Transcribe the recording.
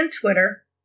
Twitter